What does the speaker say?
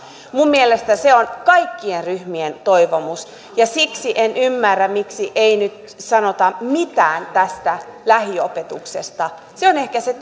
minun mielestäni se on kaikkien ryhmien toivomus ja siksi en en ymmärrä miksi ei nyt sanota mitään tästä lähiopetuksesta se on ehkä se